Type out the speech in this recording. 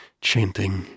chanting